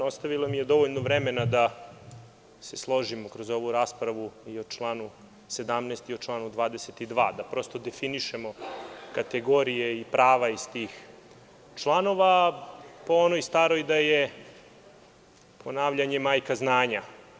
Ostavila mi je dovoljno vremena se složimo kroz ovu raspravu i o članu 17. i o članu 22. da prosto definišemo kategorije i prava iz tih članova po onoj staroj da je ponavljanje majka znanja.